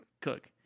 cook